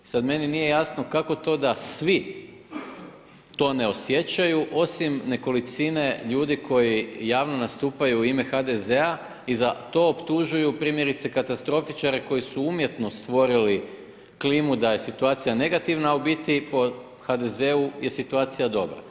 Sada meni nije jasno kako to da svi to ne osjećaju osim nekolicine ljudi koji javno nastupaju u ime HDZ-a i za to optužuju primjerice katastrofičare koji su umjetno stvorili klimu da je situacija negativna a u biti po HDZ-u je situacija dobra.